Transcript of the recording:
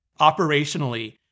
operationally